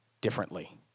differently